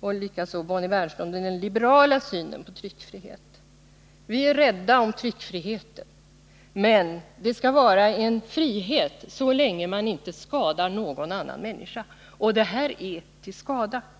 och likaså Bonnie Bernström har något redogjort för den liberala synen på tryckfriheten. Vi är rädda om tryckfriheten. Så länge man inte skadar någon annan människa skall friheten gälla. Men det här är till skada för annan människa.